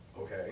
okay